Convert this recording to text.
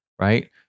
right